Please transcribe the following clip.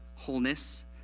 wholeness